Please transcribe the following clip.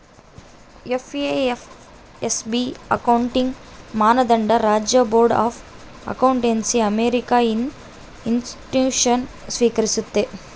FASB accounting ಮಾನದಂಡ ರಾಜ್ಯ board of accountancy American institutes ಸ್ವೀಕರಿಸ್ತತೆ